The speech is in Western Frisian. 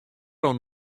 oant